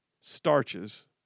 starches